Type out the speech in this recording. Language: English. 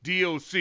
DOC